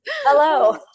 Hello